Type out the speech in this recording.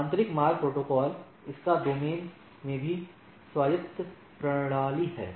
आंतरिक मार्ग प्रोटोकॉल इसका डोमेन भी एक स्वायत्त प्रणाली है